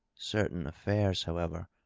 certain afiairs, however,